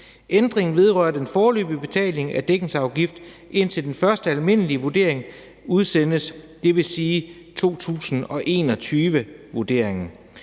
Ændringen vedrører den foreløbige betaling af dækningsafgift indtil den første almindelige vurdering udsendes, dvs. 2021-vurderingen.